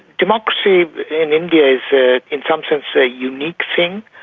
democracy in india is ah in some sense a unique thing.